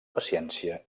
paciència